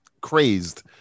crazed